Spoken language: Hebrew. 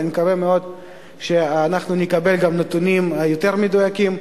ואני מקווה מאוד שאנחנו נקבל גם נתונים יותר מדויקים,